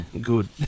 Good